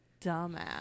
dumbass